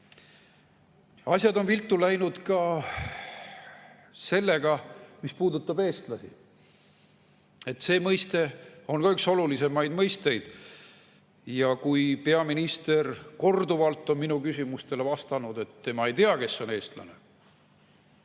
Asjad on viltu läinud ka sellega, mis puudutab eestlasi. See on üks olulisemaid mõisteid. Kui peaminister on korduvalt minu küsimustele vastanud, et tema ei tea, kes on eestlane,